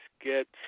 get